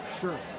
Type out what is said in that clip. Sure